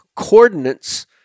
coordinates